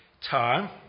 time